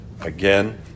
Again